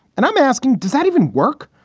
and i'm asking, does that even work?